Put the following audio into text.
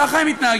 ככה הם מתנהגים.